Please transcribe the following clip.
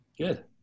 good